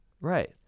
Right